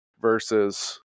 versus